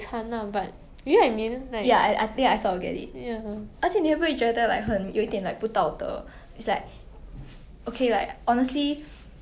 mm